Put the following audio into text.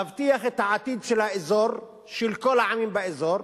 להבטיח את העתיד של האזור, של כל העמים באזור,